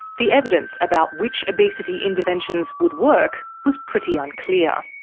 the evidence about which obesity interventions would work was pretty unclear.